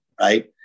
right